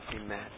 Amen